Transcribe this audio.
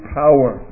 power